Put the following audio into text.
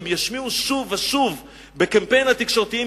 ואם ישמיעו שוב ושוב בקמפיינים התקשורתיים